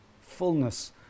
fullness